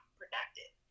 productive